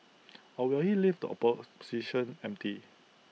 or will he leave the opposition empty